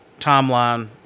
timeline